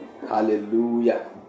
hallelujah